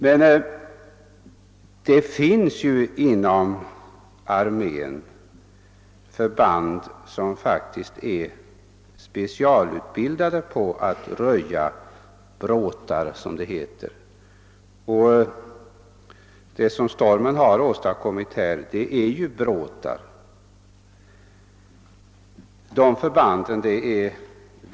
Men inom armén finns förband — pionjärförband och ingenjörsförband — som faktiskt är specialutbildade för att röja bråtar, som det heter. Det som stormen har åstadkommit är ju bråtar.